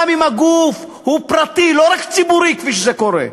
גם אם הגוף הוא פרטי, לא רק ציבורי, כפי שזה קורה,